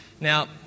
Now